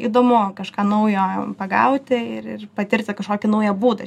įdomu kažką naujo pagauti ir ir patirti kažkokį naują būdą